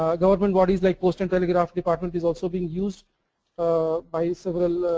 government bodies like post and telegraph department is also being used by several